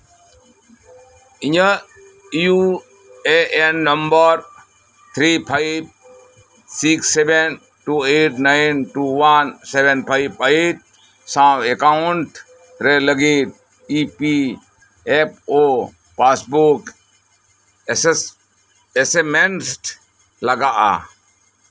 ᱤᱧᱟᱹᱜ U A N number three five six seven two eight nine two one seven five five ᱥᱟᱶ account ᱨᱮ ᱞᱟᱹᱜᱤᱫ E P F O passbook ᱮᱥᱮᱥ ᱮᱥᱮᱢᱮᱥᱴ ᱞᱟᱜᱟᱜᱼᱟ